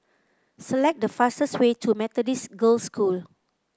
select the fastest way to Methodist Girls' School